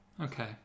Okay